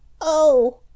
Oh